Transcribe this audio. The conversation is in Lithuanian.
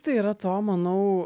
tai yra to manau